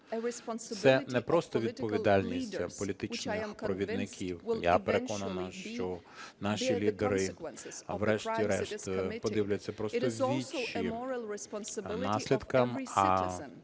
це не просто відповідальність політичних провідників. Я переконана, що наші лідери, врешті-решт, подивляться просто у вічі наслідкам. А